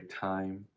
time